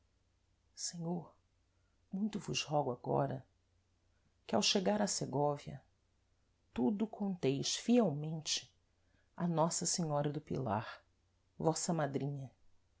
senhor muito vos rogo agora que ao chegar a segóvia tudo conteis fielmente a nossa senhora do pilar vossa madrinha